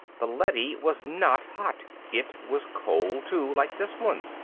the leady was not hot. it was cold, too, like this one.